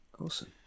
Awesome